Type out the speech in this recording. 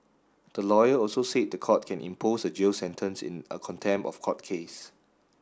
the lawyer also said the court can impose a jail sentence in a contempt of court case